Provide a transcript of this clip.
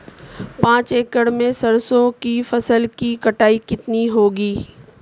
पांच एकड़ में सरसों की फसल की कटाई कितनी होगी?